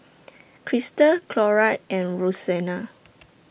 Christal Clora and Roseanna